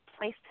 place